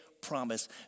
promise